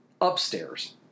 upstairs